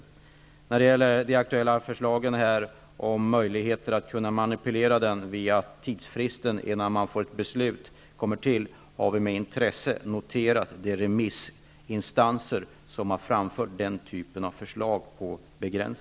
Vi har med intresse noterat de förslag om begränsningar som remissinstanser har framfört beträffande möjligheterna att manipulera tidsfristen innan ett beslut fattas.